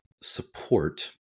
support